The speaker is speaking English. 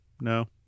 no